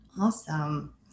Awesome